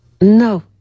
No